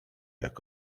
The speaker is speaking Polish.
jak